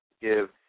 give